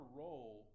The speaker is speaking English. role